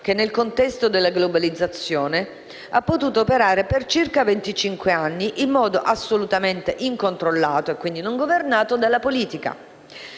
che, nel contesto della globalizzazione, ha potuto operare per circa venticinque anni, in modo assolutamente incontrollato (e quindi non governato) dalla politica.